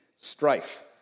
strife